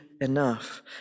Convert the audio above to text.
enough